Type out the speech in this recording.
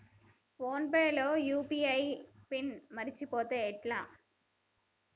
Phone pay లో UPI pin మరచిపోతే ఎట్లా?